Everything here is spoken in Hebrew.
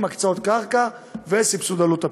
הקצאות קרקע וסבסוד עלות הפיתוח.